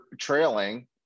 trailing